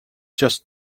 just